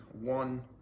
one